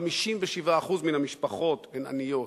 57% מן המשפחות הן עניות,